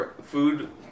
food